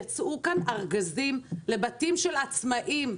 יצאו כאן ארגזים לבתים של עצמאים,